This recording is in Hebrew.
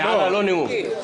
הערה, לא נאום.